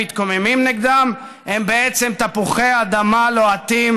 מתקוממים נגדם הם בעצם תפוחי אדמה לוהטים